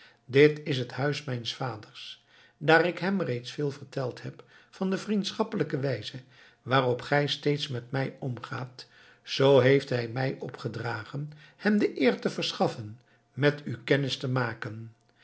dit is het huis mijns vaders daar ik hem reeds veel verteld heb van de vriendschappelijke wijze waarop gij steeds met mij omgaat zoo heeft hij mij opgedragen hem de eer te verschaffen met u kennis te maken